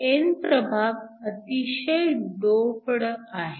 n प्रभाग अतिशय doped आहे